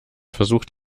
versucht